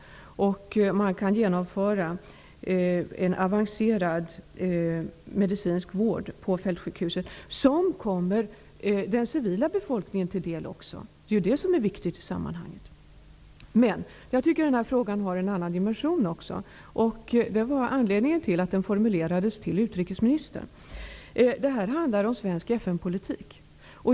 Det går att genomföra en avancerad medicinsk vård på fältsjukhuset som kommer den civila befolkningen till del också. Det är ju det som är viktigt i sammanhanget. Men, jag tycker att frågan har en annan dimension också. Det var anledningen till att frågan ställdes till utrikesministern. Det här handlar om svensk FN-politik.